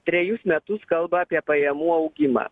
trejus metus kalba apie pajamų augimą